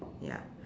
ya